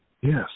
yes